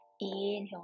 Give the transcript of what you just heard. Inhale